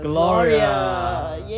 gloria